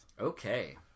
Okay